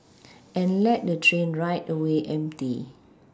and let the train ride away empty